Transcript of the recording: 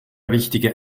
wichtige